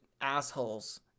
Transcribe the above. assholes